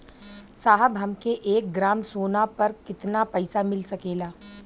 साहब हमके एक ग्रामसोना पर कितना पइसा मिल सकेला?